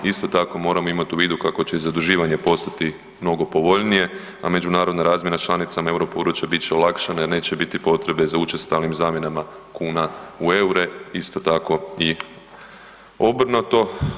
Isto tako moramo imat u vidu kako će i zaduživanje postati mnogo povoljnije, a međunarodna razmjena s članicama Europodručja bit će olakšana jer neće biti potrebe za učestalim zamjenama kuna u EUR-e, isto tako i obrnuto.